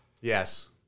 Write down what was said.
Yes